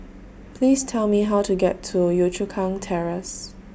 Please Tell Me How to get to Yio Chu Kang Terrace